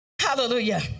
Hallelujah